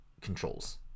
controls